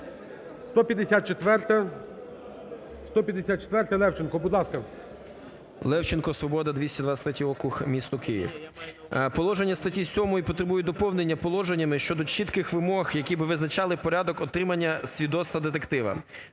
17:37:08 ЛЕВЧЕНКО Ю.В. Левченко, "Свобода" 223 округ, місто Київ. Положення статті 7 потребує доповнення положеннями щодо чітких вимог, які б визначали порядок отримання свідоцтва детектива.